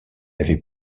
avait